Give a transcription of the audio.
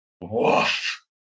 Woof